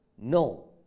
No